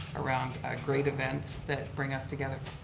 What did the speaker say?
around great events that bring us together.